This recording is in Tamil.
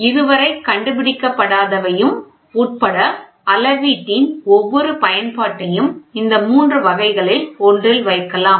இதுவரை கண்டுபிடிக்கப்படாதவையும் உட்பட அளவீட்டின் ஒவ்வொரு பயன்பாட்டையும் இந்த மூன்று வகைகளில் ஒன்றில் வைக்கலாம்